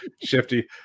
Shifty